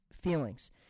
feelings